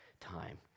time